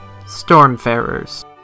Stormfarers